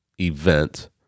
event